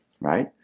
right